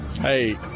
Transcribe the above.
hey